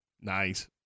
Nice